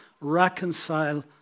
reconcile